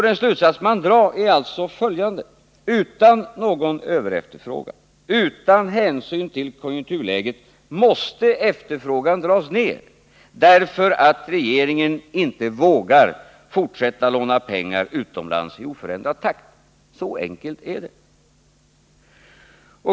Den slutsats man drar är alltså följande: Utan någon överefterfrågan, utan hänsyn till konjunkturläget måste efterfrågan dras ner därför att regeringen inte vågar fortsätta låna pengar utomlands i oförändrad takt. Så enkelt är det.